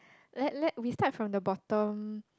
let let we start from the bottom